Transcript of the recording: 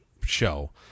show